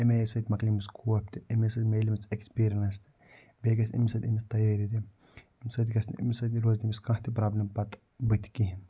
أمۍ آیہِ سۭتۍ مَکلہِ أمِس خوف تہِ أمی سۭتۍ مِلہِ أمِس اٮ۪کٕسپریٖنَس تہِ بیٚیہِ گژھِ أمی سۭتۍ أمِس تیٲری تہِ أمۍ سۭتۍ گژھِ أمۍ سۭتۍ روزِ نہٕ أمِس کانٛہہ تہِ پرابلِم پَتہٕ بُتھِ کِہیٖنۍ